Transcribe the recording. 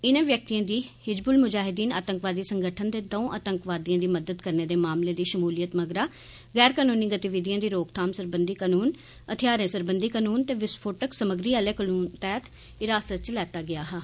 इनें व्यक्तियें दी हिज्जबुल मुजाहिद्दीन आतंकवादी संगठन दे दौंऊ आतंकवादियें दी मदद करने दे मामले दी शमूलियत मगरा गैर कानूनी गतिविधियें दी रोकथाम सरबंधी कानून हथियारे सरबंधी कानून ते विस्फोटक समग्री आले कानून तैहत हिरासत च लैता गेया हा